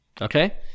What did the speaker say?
okay